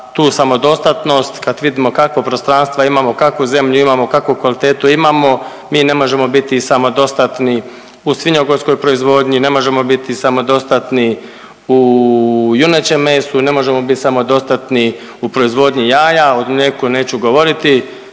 tu samodostatnost. Kad vidim kakva prostranstva imamo, kakvu zemlju imamo, kakvu kvalitetu imamo mi ne možemo biti samodostatni u svinjogojskoj proizvodnji, ne možemo biti samodostatni u junećem mesu, ne možemo biti samodostatni u proizvodnji jaja, o mlijeku neću govoriti.